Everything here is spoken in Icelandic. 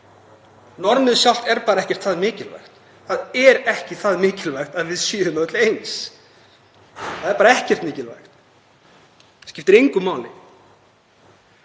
Normið sjálft er bara ekkert það mikilvægt. Það er ekki það mikilvægt að við séum öll eins. Það er bara ekkert mikilvægt. Það skiptir engu máli.